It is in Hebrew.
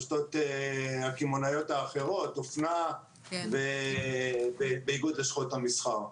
רשתות הקמעונאיות האחרות אופנה ואיגוד לשכות המסחר.